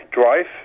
Drive